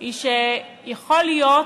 היא שיכול להיות